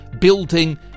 building